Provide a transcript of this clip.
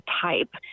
type